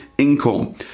income